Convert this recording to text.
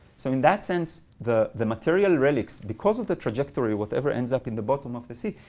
so in that sense, the the material relics, because of the trajectory, whatever ends up in the bottom of the sea,